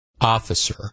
officer